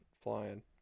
flying